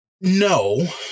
No